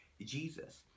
jesus